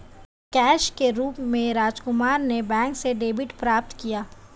cash के रूप में राजकुमार ने बैंक से डेबिट प्राप्त किया